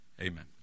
Amen